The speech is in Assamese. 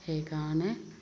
সেইকাৰণে